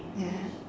ya